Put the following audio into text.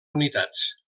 unitats